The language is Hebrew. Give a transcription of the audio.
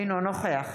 אינו נוכח